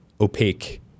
opaque